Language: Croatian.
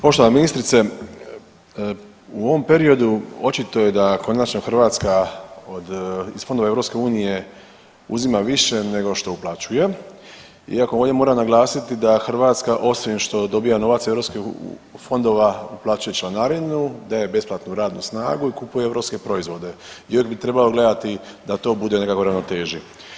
Poštovana ministrice, u ovom periodu očito je da konačno Hrvatska iz fondova EU uzima više nego što uplaćuje iako ovdje moram naglasiti da Hrvatska osim što dobija novac europskih fondova, uplaćuje članarinu, daje besplatnu radnu snagu i kupuje europske proizvode i još bi trebalo gledati da to bude u nekakvoj ravnoteži.